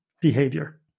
behavior